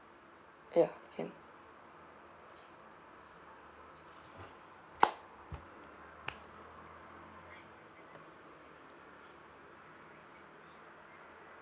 ya can